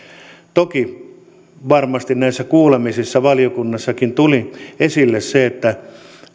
mitään varmasti näissä kuulemisissa valiokunnassakin tuli esille se että